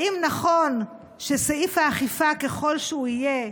האם נכון שסעיף האכיפה, ככל שהוא יהיה,